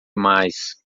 mais